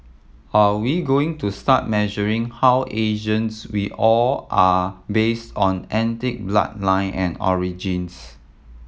are we going to start measuring how Asians we all are based on ethnic bloodline and origins